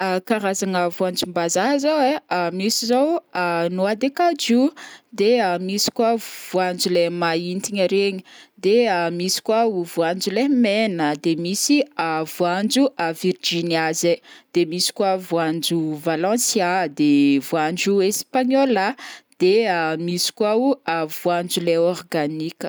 karazagna voanjom-bazaha zao ai, misy zao o noix de cajou, de misy koa voanjo leha maintigny regny, de misy koa o voanjo leha mena, de misy voanjo Virginia zay, de misy koa voanjo Valencia, de voanjo espagnola, de misy koa o voanjo leha organika.